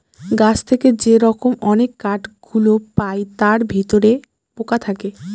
গাছ থেকে যে রকম অনেক কাঠ গুলো পায় তার ভিতরে পোকা থাকে